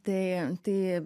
tai tai